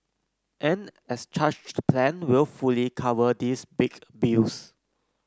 an as charged plan will fully cover these big bills